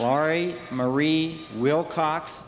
laurie marie wilcox